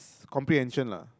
comprehension lah